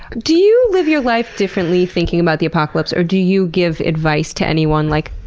do you live your life differently thinking about the apocalypse? or do you give advice to anyone, like,